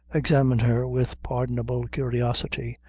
examined her with pardonable curiosity,